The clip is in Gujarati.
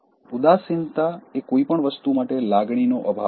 ઉદાસીનતા એ કોઈપણ વસ્તુ માટે લાગણીનો અભાવ છે